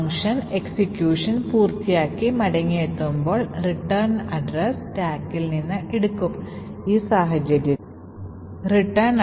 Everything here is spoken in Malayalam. ഫംഗ്ഷനിൽ നിന്ന് മടങ്ങുന്നതിന് തൊട്ടു മുമ്പും അവസാനവും ഇവിടെ ഉണ്ടായിരുന്നതുപോലെ ബാക്കി മൂന്ന് നിർദ്ദേശങ്ങൾ ഇപ്പോൾ ഉണ്ട് കാനറി മാറിയിട്ടുണ്ടോ ഇല്ലയോ എന്ന് കണ്ടെത്തുന്നതിന് ഒരു പരിശോധനയുണ്ട്